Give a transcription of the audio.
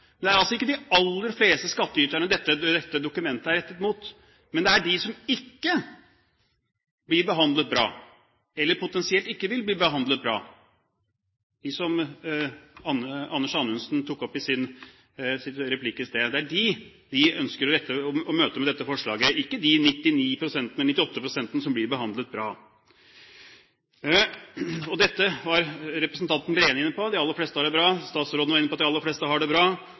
Det er altså ikke «de aller fleste» skattyterne dette dokumentet er rettet mot, men mot dem som ikke blir behandlet bra, eller som potensielt ikke vil bli behandlet bra, dem som Anders Anundsen nevnte i sin replikk i sted. Det er dem vi ønsker å møte med dette forslaget – ikke de 98 pst. som blir behandlet bra. Representanten Breen var inne på at de aller fleste har det bra, og statsråden var inne på at de aller fleste har det bra.